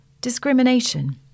Discrimination